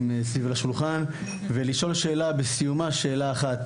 סביב השולחן ולשאול בסיומה שאלה אחת,